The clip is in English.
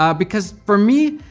um because, for me,